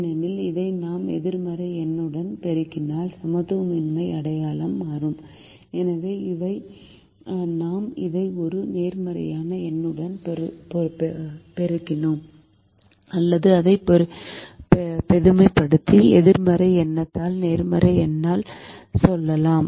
ஏனெனில் இதை நாம் எதிர்மறை எண்ணுடன் பெருக்கினால் சமத்துவமின்மை அடையாளம் மாறும் எனவே இதுவரை நாம் அதை ஒரு நேர்மறையான எண்ணுடன் பெருக்கினோம் அல்லது அதை பொதுமைப்படுத்தி எதிர்மறை எண்ணால் நேர்மறை எண்ணால் சொல்லலாம்